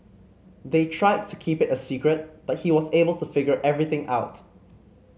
they tried to keep it a secret but he was able to figure everything out